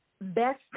Best